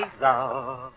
love